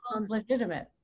legitimate